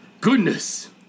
goodness